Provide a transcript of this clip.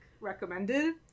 recommended